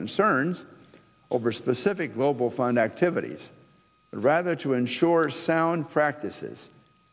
concerns over specific global fund activities rather to ensure sound practices